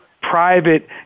private